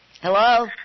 Hello